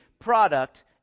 product